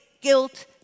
guilt